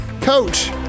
Coach